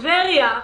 טבריה,